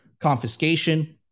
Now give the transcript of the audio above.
confiscation